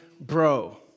bro